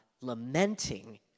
lamenting